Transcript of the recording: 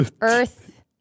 Earth